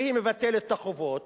והיא מבטלת את החובות,